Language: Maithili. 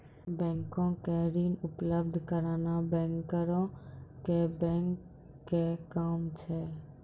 बैंको के ऋण उपलब्ध कराना बैंकरो के बैंक के काम छै